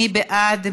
מי בעד?